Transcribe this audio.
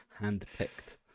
hand-picked